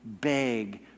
beg